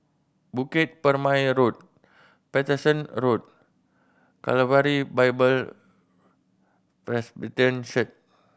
Bukit Purmei Road Paterson Road Calvary Bible Presbyterian Church